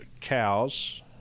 cows